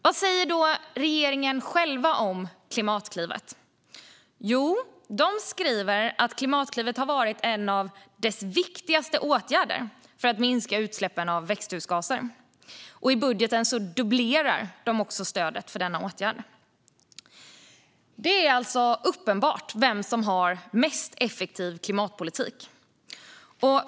Vad säger då regeringen själv om Klimatklivet? Jo, man skriver att Klimatklivet har varit en av de viktigaste åtgärderna för att minska utsläppen av växthusgaser. I budgeten dubblerar regeringen också stödet för denna åtgärd. Det är alltså uppenbart vem som har mest effektiv klimatpolitik.